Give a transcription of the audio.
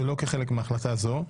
ולא כחלק מהחלטה זו,